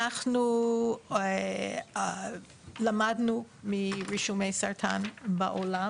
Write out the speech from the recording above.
אנחנו למדנו מרישומי סרטן בעולם